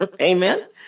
Amen